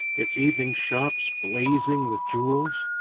its evening shops blazing with jewels.